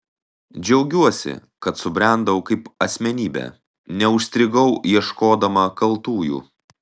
džiaugiuosi kad subrendau kaip asmenybė neužstrigau ieškodama kaltųjų